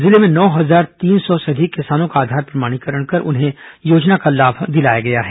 जिले में नौ हजार तीन सौ से अधिक किसानों का आधार प्रमाणीकरण कर उन्हें योजना का लाम दिलाया गया है